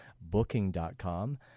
Booking.com